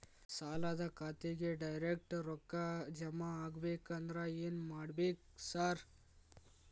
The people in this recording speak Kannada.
ಸಾಲದ ಖಾತೆಗೆ ಡೈರೆಕ್ಟ್ ರೊಕ್ಕಾ ಜಮಾ ಆಗ್ಬೇಕಂದ್ರ ಏನ್ ಮಾಡ್ಬೇಕ್ ಸಾರ್?